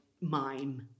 mime